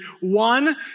one